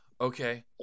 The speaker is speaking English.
okay